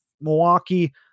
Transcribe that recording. Milwaukee